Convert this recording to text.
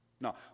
No